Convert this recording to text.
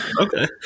Okay